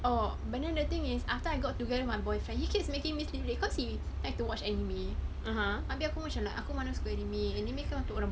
oh but then the thing is after I got together with my boyfriend he keeps making me sleep late cause he like to watch anime habis aku macam like aku mana suka anime anime kan untuk orang